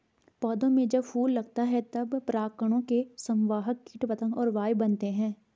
पौधों में जब फूल लगता है तब परागकणों के संवाहक कीट पतंग और वायु बनते हैं